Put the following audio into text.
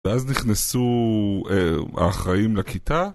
ואז נכנסו, האחראים לכיתה.